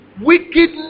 Wickedness